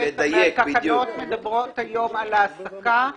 לדייק, התקנות מדברות היום על העסקה.